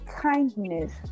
Kindness